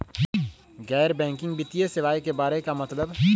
गैर बैंकिंग वित्तीय सेवाए के बारे का मतलब?